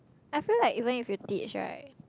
I feel like even if you teach right